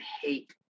hate